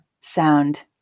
sound